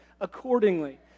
accordingly